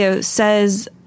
says